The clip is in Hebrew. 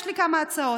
יש לי כמה הצעות.